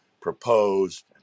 proposed